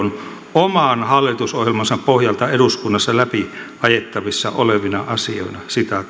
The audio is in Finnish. oman hallitusohjelmansa pohjalta eduskunnassa läpi ajettavissa olevina asioina